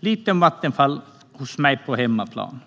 Jag ska prata lite om Vattenfall hos mig på hemmaplan.